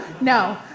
no